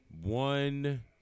One